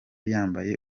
yambaye